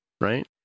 right